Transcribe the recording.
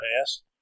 past